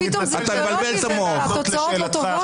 --- אני מנסה לענות לשאלתך,